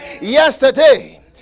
Yesterday